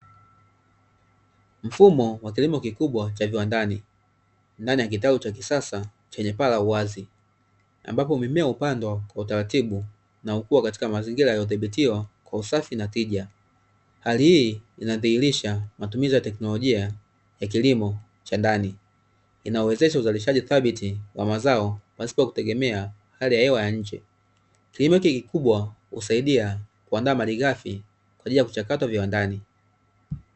Mfumo wa kilimo kikubwa cha viwandani ndani ya kitalu cha kisasa chenye paa la uwazi ambapo mimea hupandwa kwa utaratibu na hukua katika mazingira yanayodhibitiwa kwa usafi na tija, hali hii inadhihirisha matumizi ya teknolojia ya kilimo cha ndani inaowezesha uzalishaji thabiti wa mazao pasipo kutegemea hali ya hewa ya nje.